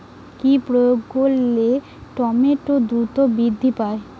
কি প্রয়োগ করলে টমেটো দ্রুত বৃদ্ধি পায়?